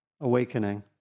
awakening